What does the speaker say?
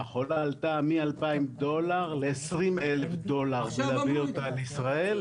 מכולה עלתה מ-2,000 דולר ל-20,000 דולר בלהביא אותה לישראל.